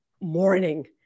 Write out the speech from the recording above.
morning